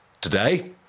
today